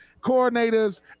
coordinators